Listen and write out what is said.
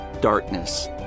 darkness